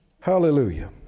Hallelujah